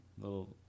little